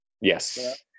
Yes